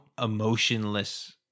emotionless